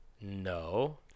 no